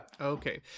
Okay